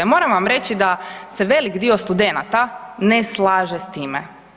Moram vam reći da se velik dio studenata ne slaže s time.